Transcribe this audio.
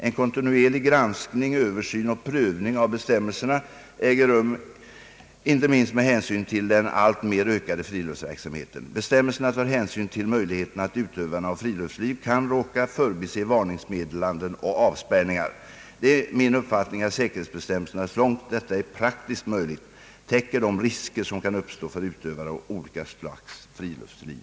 En kontinuerlig granskning, översyn och prövning av bestämmelserna äger rum icke minst med hänsyn till den alltmer ökande friluftsverksamheten. Bestämmelserna tar hänsyn till möjligheten att utövarna av friluftsliv kan råka förbise varningsmeddelanden och avspärrningar. Det är min uppfattning att säkerhetsbestämmelserna så långt detta är praktiskt möjligt täcker de risker som kan uppstå för utövare av olika slags friluftsliv.